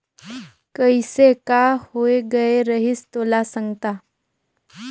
कइसे का होए गये रहिस तोला संगता